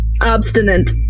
Obstinate